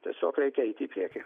tiesiog reikia eiti į priekį